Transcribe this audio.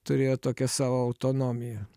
turėjo tokią savo autonomiją